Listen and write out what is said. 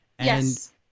Yes